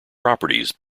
properties